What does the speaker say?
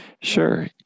Sure